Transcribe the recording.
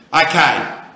Okay